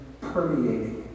permeating